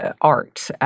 art